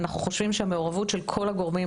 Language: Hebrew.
אנחנו חושבים שהמעורבות של כל הגורמים